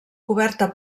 coberta